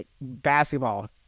basketball